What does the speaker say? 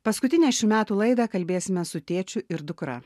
paskutinę šių metų laidą kalbėsime su tėčiu ir dukra